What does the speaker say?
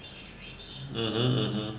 (uh huh) (uh huh)